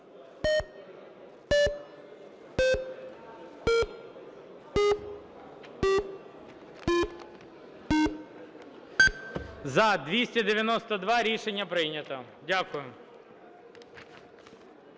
За-292 Рішення прийнято. Дякую.